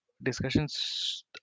Discussions